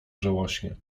żałośnie